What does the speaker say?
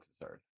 concerned